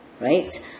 right